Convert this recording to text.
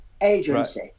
agency